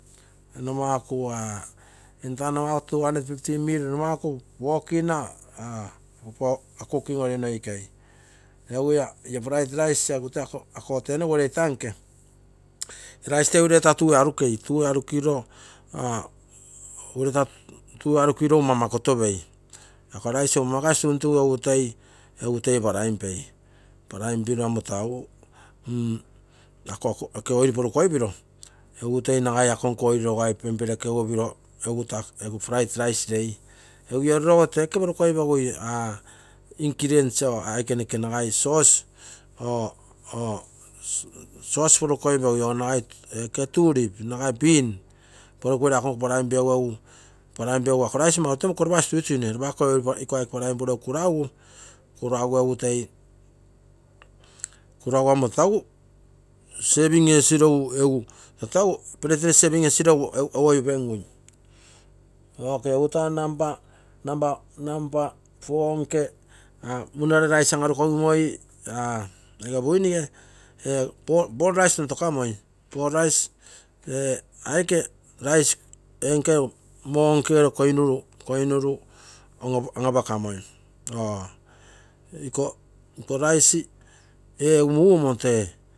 Nomakuga entano ako two hundred fifty ml nomake four kina aa aiko cooking oil noikei egu ia prite rice egu toi ako, ako tenogu ureitanke, rice toi ureita tuu ee arukei, tuu ee arukiro, arukiro mamakotopei. Ako rice egu mamakasi tuntugu egu toi, egu toi prine pei. Prine piro amo taa egu mm ako oil poru koipiro egu toi nagai ako nko oil lougai pemperekugu piro taa prite rice ei egu oruro ogo tee oke porukoipegui aa in-chris nsi or aike noke nagai sassage or sossage or nagai ee oke turip nagai bean poru kiro ako nko prine pegu ako rice mau temmo kurapasi tuituine lopa ako aike prine porogu kuraugu, kuraugu egu toi kuraugu amo tata egu toi sepim esiro egu egu, egu tata egu peretere sepim egu oipemgui, okay egu taa namba, namba, namba four noke aa munare rice an-arukogi moi aa ege buinige ee poll rice tontokamoi, poll rice tee aike moo nke gere nkoinuru, koinuru an-apakamoi or iko rice ee egu mugomoto.